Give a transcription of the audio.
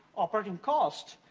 operating cost,